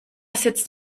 sitzt